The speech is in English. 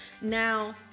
Now